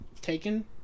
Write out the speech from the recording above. taken